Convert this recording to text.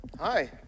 Hi